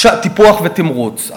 טיפוח ותמרוץ.